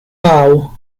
bow